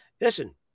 listen